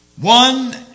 One